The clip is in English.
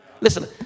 Listen